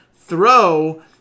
throw